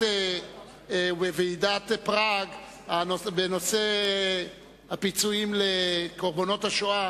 פראג בנושא הפיצויים לקורבנות השואה.